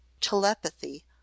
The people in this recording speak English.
telepathy